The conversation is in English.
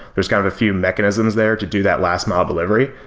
there's kind of a few mechanisms there to do that last mile delivery,